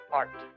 art